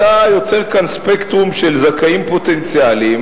אתה יוצר כאן ספקטרום של זכאים פוטנציאליים